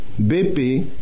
BP